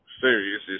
serious